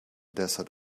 desert